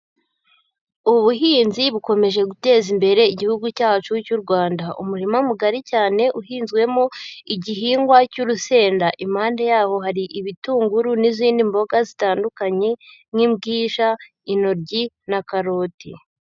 Ubuhinzi bukomeje guteza imbere Igihugu cyacu cy'u Rwanda. Umurima mugari cyane uhinzwemo igihingwa cy'urusenda. Impande yawo hari ibitunguru n'izindi mboga zitandukanye: nk'imbwija, intoryi na karoti.